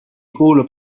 kuulub